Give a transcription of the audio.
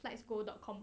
slides go dot com